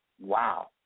Wow